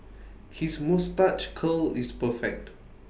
his moustache curl is perfect